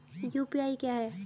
UPI क्या है?